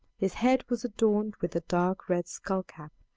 his head was adorned with a dark red skull-cap,